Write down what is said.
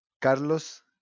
Carlos